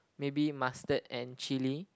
maybe mustard and chili